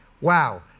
Wow